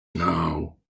now